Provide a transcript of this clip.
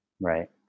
right